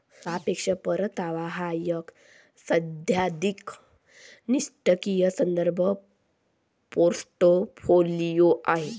सापेक्ष परतावा हा एक सैद्धांतिक निष्क्रीय संदर्भ पोर्टफोलिओ आहे